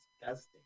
Disgusting